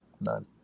None